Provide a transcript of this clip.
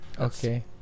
okay